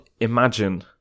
imagine